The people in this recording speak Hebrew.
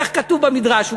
כך כתוב במדרש,